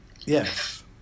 Yes